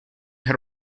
her